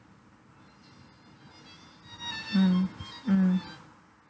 mm mm